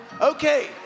Okay